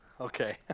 Okay